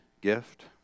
gift